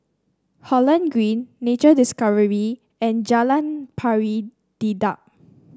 Holland Green Nature Discovery and Jalan Pari Dedap